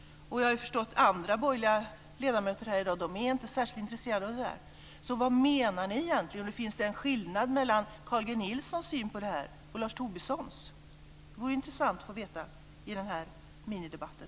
Jag har förstått att andra borgerliga ledamöter här i dag inte är särskilt intresserade av detta. Så vad menar ni egentligen? Finns det en skillnad mellan Carl G Nilssons syn på det här och Lars Tobissons? Det vore intressant att få veta i den här minidebatten.